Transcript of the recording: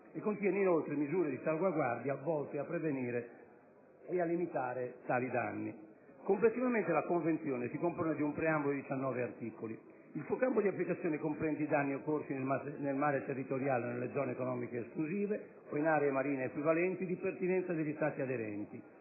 contiene inoltre misure di salvaguardia volte a prevenire e a limitare tali danni. Complessivamente la Convenzione si compone di un preambolo e di 19 articoli; il suo campo di applicazione comprende i danni occorsi nel mare territoriale e nelle zone economiche esclusive - o in aree marine equivalenti - di pertinenza degli Stati aderenti,